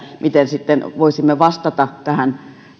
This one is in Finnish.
miten sitten voisimme vastata tähän